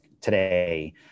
today